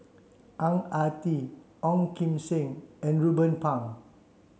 Ang Ah Tee Ong Kim Seng and Ruben Pang